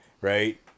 right